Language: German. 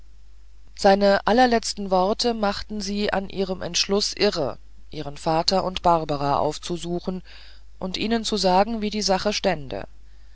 seine allerletzten worte machten sie an ihrem entschluß irre ihren vater und barbara aufzusuchen und ihnen zu sagen wie die sache stände